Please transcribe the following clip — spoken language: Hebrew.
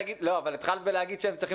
התרבות והספורט): התחלת בלהגיד שהם צריכים